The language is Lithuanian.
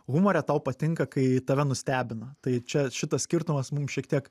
humore tau patinka kai tave nustebina tai čia šitas skirtumas mum šiek tiek